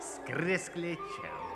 skrisk lėčiau